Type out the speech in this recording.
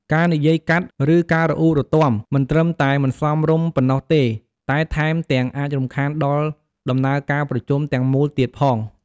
ការនិយាយកាត់ ឬការរអ៊ូរទាំ មិនត្រឹមតែមិនសមរម្យប៉ុណ្ណោះទេ តែថែមទាំងអាចរំខានដល់ដំណើរការប្រជុំទាំងមូលទៀតផង។